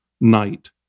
night